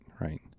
right